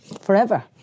forever